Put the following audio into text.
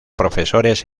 profesores